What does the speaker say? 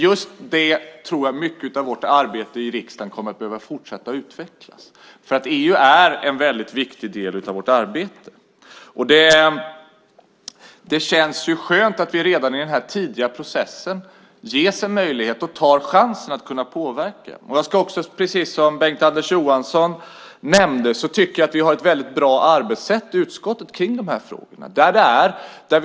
Jag tror att mycket av vårt arbete i riksdagen kommer att behöva fortsätta att utvecklas på det sättet. EU är en väldigt viktig del av vårt arbete. Det känns skönt att vi tidigt i processen ges möjlighet och tar chansen att påverka. Jag tycker, precis som Bengt-Anders Johansson, att vi har ett bra arbetssätt för de här frågorna i utskottet.